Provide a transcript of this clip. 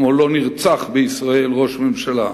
כמו לא נרצח בישראל ראש ממשלה